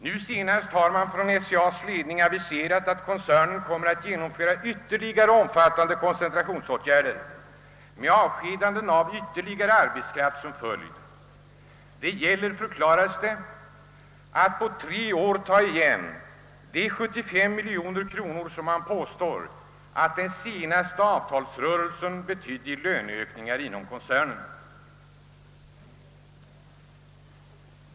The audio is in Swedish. Nu senast har man från SCA:s ledning aviserat att koncernen kommer att genomföra ytterligare omfattande koncentrationsåtgärder med avskedande av ytterligare arbetskraft som följd. Det gäller, förklaras det, att på tre år ta igen de 75 miljoner kronor som man påstår att den senaste avtalsrörelsen betydde i löneökningar inom koncernen.